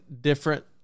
different